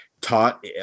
taught